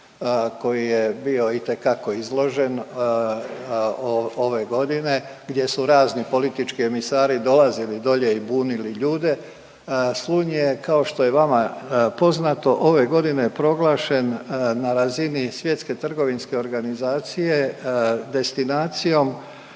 koji je bio itekako izložen ove godine gdje su razni politički emisari dolazili dolje i bunili ljude. Slunj je kao što je vama poznato ove godine proglašen na razini svjetske trgovinske organizacije destinacijom,